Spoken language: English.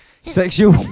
sexual